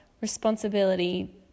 responsibility